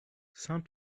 saint